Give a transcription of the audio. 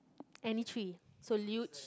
any three so